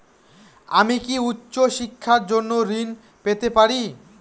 আমি কি উচ্চ শিক্ষার জন্য ঋণ পেতে পারি?